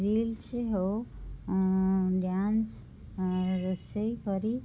reels ହଉ dance ରୋଷେଇ କରି